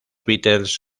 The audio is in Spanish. beatles